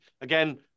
again